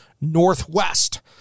Northwest